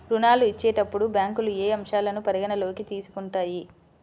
ఋణాలు ఇచ్చేటప్పుడు బ్యాంకులు ఏ అంశాలను పరిగణలోకి తీసుకుంటాయి?